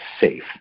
safe